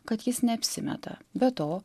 kad jis neapsimeta be to